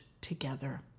together